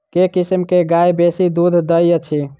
केँ किसिम केँ गाय बेसी दुध दइ अछि?